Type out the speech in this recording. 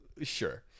Sure